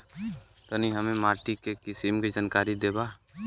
तनि हमें माटी के किसीम के जानकारी देबा?